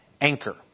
Anchor